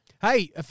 Hey